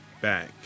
back